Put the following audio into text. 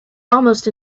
almost